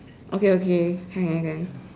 okay okay can can can